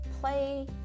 Play